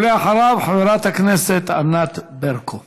ואחריו, חברת הכנסת ענת ברקו.